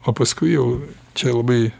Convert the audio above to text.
o paskui jau čia labai